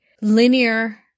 linear